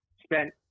spent